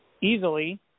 easily